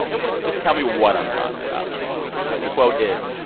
just tell me what i'm talking about ok and the quote is,